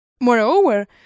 moreover